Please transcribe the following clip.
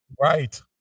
Right